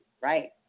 right